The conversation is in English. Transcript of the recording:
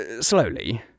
Slowly